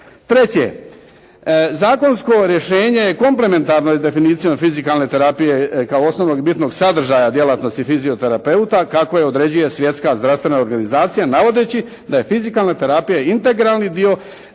Treće, zakonsko rješenje je komplementarno definicijom fizikalne terapije kao osnovnog i bitnog sadržaja djelatnosti fizioterapeuta kako je određuje Svjetska zdravstvena organizacija navodeći da je fizikalna terapija integralni dio